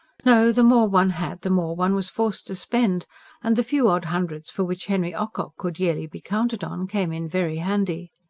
no, the more one had, the more one was forced to spend and the few odd hundreds for which henry ocock could yearly be counted on came in very handy.